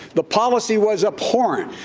the policy was abhorrent.